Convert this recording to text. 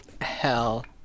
Hell